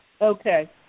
Okay